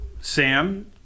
sam